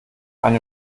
eine